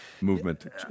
Movement